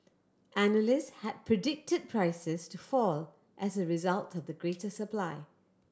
analysts had predicted prices to fall as a result of the greater supply